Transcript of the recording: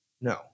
No